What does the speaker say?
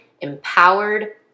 empowered